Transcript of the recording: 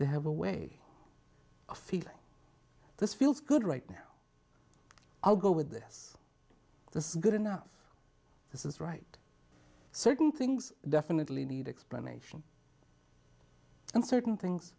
they have a way of feeling this feels good right now i'll go with this this is good enough this is right certain things definitely need explanation and certain things